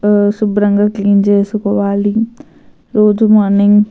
శుభ్రంగా క్లీన్ చేసుకోవాలి రోజు మార్నింగ్